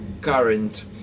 current